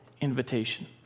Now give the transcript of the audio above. invitation